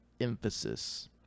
emphasis